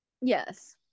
Yes